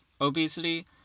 obesity